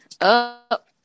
up